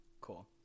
Cool